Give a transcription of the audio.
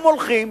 הם הולכים,